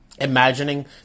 imagining